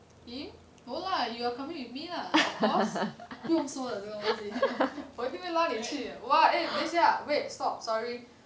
him no lah you are coming with me lah of course 不用说了这个东西我一定会拉你去的 shuo le zhe ge dong xi wo yi ding hui la ni qu de !wah! eh 等一下 wait stop sorry